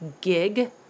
gig